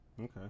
Okay